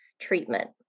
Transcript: treatment